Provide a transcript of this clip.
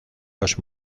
los